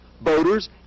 boaters